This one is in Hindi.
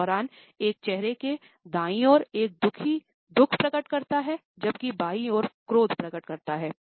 इस दौरान एक चेहरे के दाईं ओर एक दुखी दु ख प्रकट करता है जबकि बाईं ओर क्रोध प्रकट करता है